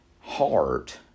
heart